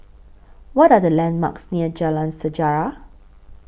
What Are The landmarks near Jalan Sejarah